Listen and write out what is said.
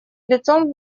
лицом